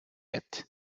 yet